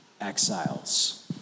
exiles